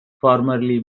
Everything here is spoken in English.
formerly